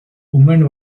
women